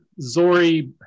zori